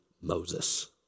Moses